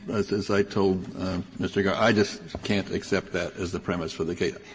as as i told mr. garre, i just can't accept that as the premise for the case.